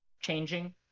changing